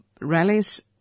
rallies